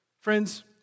Friends